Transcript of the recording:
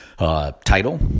Title